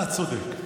אתה צודק.